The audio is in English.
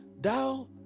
thou